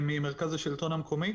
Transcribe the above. ממרכז השלטון המקומי.